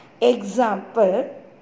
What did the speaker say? Example